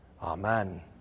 Amen